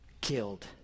killed